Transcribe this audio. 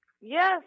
Yes